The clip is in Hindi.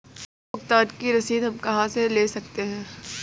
बिजली बिल भुगतान की रसीद हम कहां से ले सकते हैं?